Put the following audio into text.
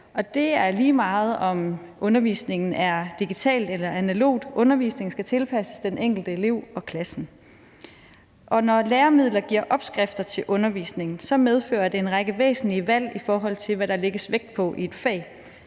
det er, lige meget om undervisningen er digital eller analog. Undervisningen skal tilpasses den enkelte elev og klassen. Når læremidler giver opskrifter til undervisningen, medfører det en række væsentlige valg, i forhold til hvad der lægges vægt på i et fag.